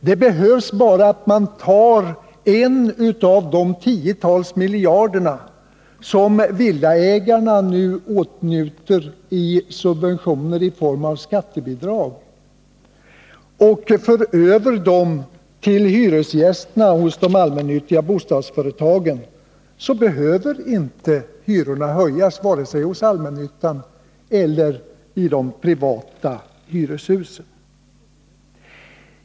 Det behövs bara att man tar en av de tiotals miljarder som villaägarna nu åtnjuter i subventioner i form av skattebidrag och för över den miljarden till hyresgästerna hos de allmännyttiga bostadsföretagen, så behöver hyrorna inte höjas vare sig hos allmännyttan eller i de privata hyreshusen.